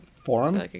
forum